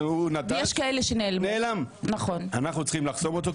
אנחנו צריכים לחסום אותו,